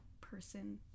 person